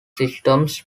systems